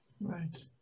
Right